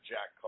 Jack